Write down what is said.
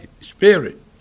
Spirit